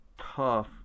tough